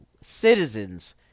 Citizens